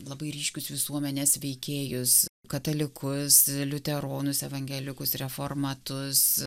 labai ryškius visuomenės veikėjus katalikus liuteronus evangelikus reformatus